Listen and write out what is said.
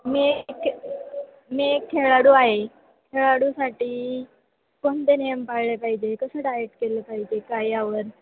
मी एक मी एक खेळाडू आहे खेळाडूसाठी कोणते नियम पाळले पाहिजे कसं डायट केलं पाहिजे काही आपण